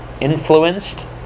influenced